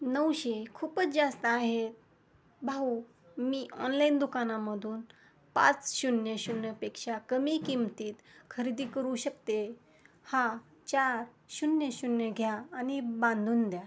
नऊशे खूपच जास्त आहेत भाऊ मी ऑनलाइन दुकानामधून पाच शून्य शून्यपेक्षा कमी किमतीत खरेदी करू शकते आहे हा चार शून्य शून्य घ्या आणि बांधून द्या